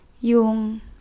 yung